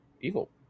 evil